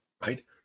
right